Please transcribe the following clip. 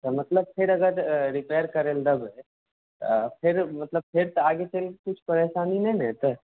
मतलब फेर अगर रिपेयर करय लऽ देबै तऽ फेर मतलब फेर तऽ आगूँ किछु परेशानी तऽ नहि ने हेतै